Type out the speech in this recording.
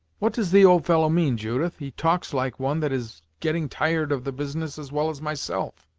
what does the old fellow mean, judith? he talks like one that is getting tired of the business as well as myself.